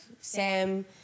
Sam